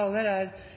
er